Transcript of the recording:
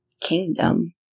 kingdom